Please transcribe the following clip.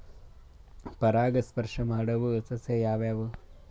ಪರಾಗಸ್ಪರ್ಶ ಮಾಡಾವು ಸಸ್ಯ ಯಾವ್ಯಾವು?